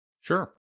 Sure